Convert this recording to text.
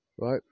Right